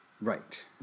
Right